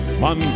Man